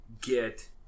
get